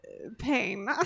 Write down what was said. Pain